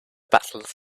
battles